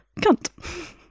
cunt